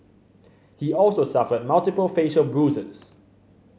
he also suffered multiple facial bruises